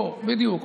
בדיוק,